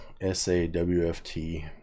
s-a-w-f-t